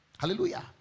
Hallelujah